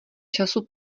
času